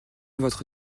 votre